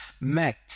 met